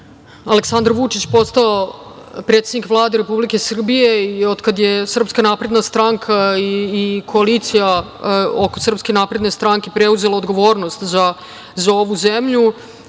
Aleksandar Vučić postao predsednik Vlade Republike Srbije i od kad je Srpska napredna stranka i koalicija oko Srpske napredne stranke preuzela odgovornost za ovu zemlju